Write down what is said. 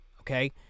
Okay